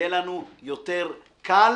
יהיה לנו יותר קל